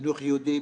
חינוך יהודי